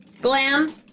Glam